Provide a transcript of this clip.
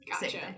Gotcha